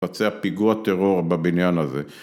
‫לבצע פיגוע טרור בבניין הזה.